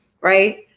right